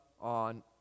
on